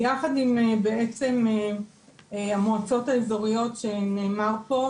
יחד עם המועצות האזוריות שנאמר פה,